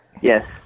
Yes